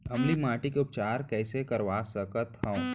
अम्लीय माटी के उपचार कइसे करवा सकत हव?